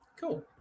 cool